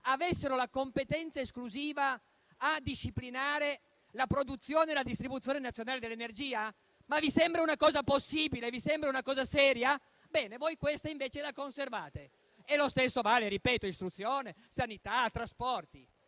avessero la competenza esclusiva a disciplinare la produzione e la distribuzione nazionale dell'energia? Ma vi sembra una cosa possibile? Vi sembra una cosa seria? Bene, voi questa norma la conservate. Lo stesso vale - lo ripeto - per istruzione, sanità e trasporti.